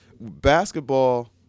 Basketball